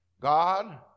God